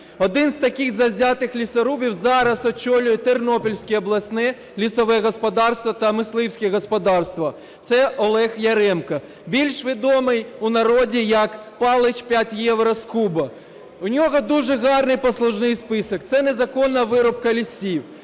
Один з таких завзятих "лісорубів" зараз очолює Тернопільське обласне лісове господарство та мисливські господарства. Це Олег Яремко, більш відомий у народі як "Палич 5 євро з куба". У нього дуже гарний послужний список: це незаконна вирубка лісів,